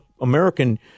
American